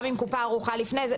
גם אם קופה ערוכה לפני זה.